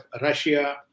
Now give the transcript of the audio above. Russia